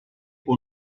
può